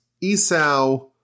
Esau